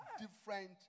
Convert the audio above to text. different